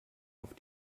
auf